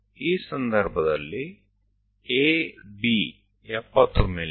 ಈ ಸಂದರ್ಭದಲ್ಲಿ AB 70 ಮಿ